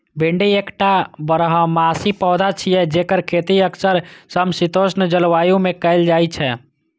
भिंडी एकटा बारहमासी पौधा छियै, जेकर खेती अक्सर समशीतोष्ण जलवायु मे कैल जाइ छै